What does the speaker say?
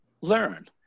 learn